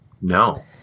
No